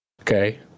Okay